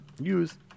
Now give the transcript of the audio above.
use